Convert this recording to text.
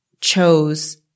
chose